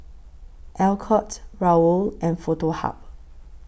Alcott Raoul and Foto Hub